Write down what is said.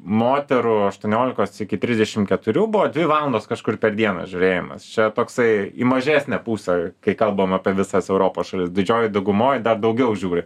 moterų aštuoniolikos iki trisdešim keturių buvo dvi valandos kažkur per dieną žiūrėjimas čia toksai į mažesnę pusę kai kalbam apie visas europos šalis didžiojoj daugumoj dar daugiau žiūri